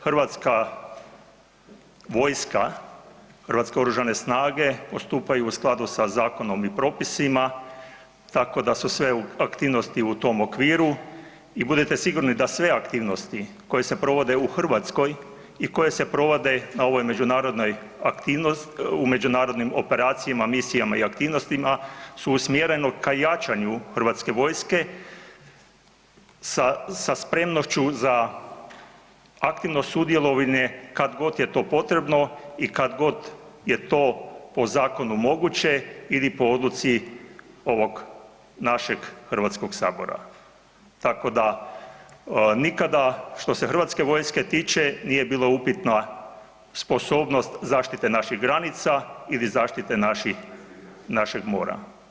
Hrvatska vojska, Hrvatske oružane snage postupaju u skladu sa zakonom i propisima tako da su sve aktivnosti u tom okviru i budite sigurni da sve aktivnosti koje se provode u Hrvatskoj i koje se provode na ovoj međunarodnoj aktivnosti u međunarodnim operacijama, misijama i aktivnostima su usmjereno ka jačanju HV-a sa, sa spremnošću za aktivno sudjelovanje kad god je to potrebno i kad god je to po zakonu moguće ili po odluci ovog našeg HS, tako da nikada što se HV-a tiče nije bilo upitna sposobnost zaštite naših granica ili zaštite naših, našeg mora.